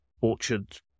Orchard